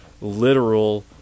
literal